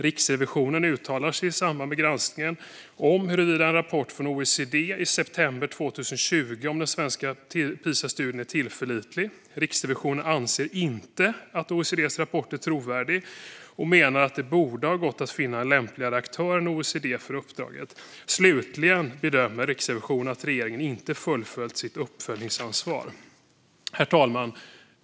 Riksrevisionen uttalar sig i samband med granskningen om tillförlitligheten av en rapport från OECD i september 2020 om den svenska Pisastudien och anser inte att OECD:s rapport är trovärdig och att det borde ha gått att finna en lämpligare aktör än OECD för uppdraget. Slutligen bedömer Riksrevisionen att regeringen inte fullföljt sitt uppföljningsansvar." Herr talman!